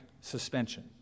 suspension